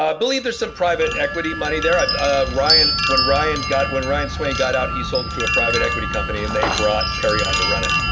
ah believe there's some private equity money there a ryan when ryan got when ryan swain got out he sold it to a private equity company and they brought perry on to run it.